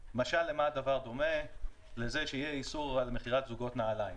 הדבר דומה לכך שיהיה איסור על מכירת זוגות נעליים,